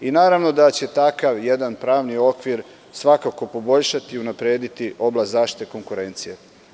Naravno da će takav jedan pravni okvir svakako poboljšati i unaprediti oblast zaštite konkurencije.